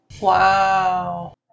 Wow